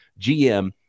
GM